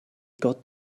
got